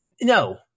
no